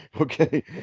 Okay